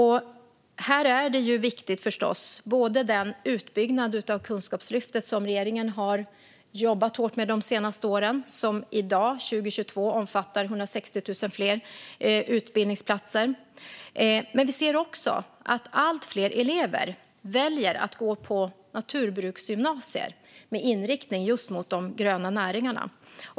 Här är det förstås viktigt med den utbyggnad av Kunskapslyftet som regeringen har jobbat hårt med de senaste åren och som i dag, 2022, omfattar 160 000 fler utbildningsplatser. Men vi ser också att allt fler elever väljer att gå på naturbruksgymnasier med inriktning just mot de gröna näringarna.